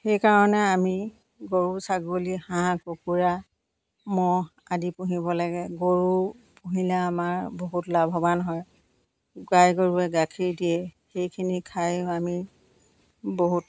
সেইকাৰণে আমি গৰু ছাগলী হাঁহ কুকুৰা ম'হ আদি পুহিব লাগে গৰু পুহিলে আমাৰ বহুত লাভৱান হয় গাই গৰুৱে গাখীৰ দিয়ে সেইখিনি খাইও আমি বহুত